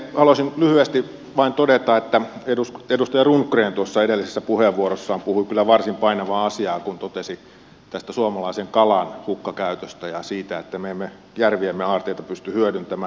haluaisin lyhyesti vain todeta että edustaja rundgren tuossa edellisessä puheenvuorossaan puhui kyllä varsin painavaa asiaa kun totesi tästä suomalaisen kalan hukkakäytöstä ja siitä että me emme järviemme aarteita pysty hyödyntämään